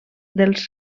dels